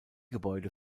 gebäude